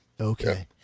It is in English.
Okay